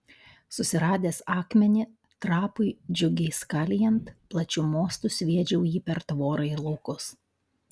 susiradęs akmenį trapui džiugiai skalijant plačiu mostu sviedžiau jį per tvorą į laukus